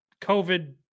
COVID